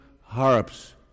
harps